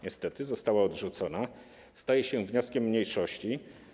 Niestety została ona odrzucona, staje się wnioskiem mniejszości.